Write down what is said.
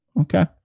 Okay